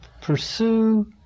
pursue